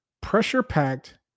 pressure-packed